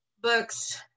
books